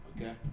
Okay